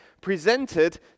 presented